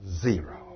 Zero